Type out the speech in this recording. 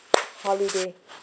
holiday